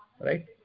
right